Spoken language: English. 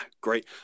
great